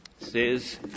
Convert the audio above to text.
says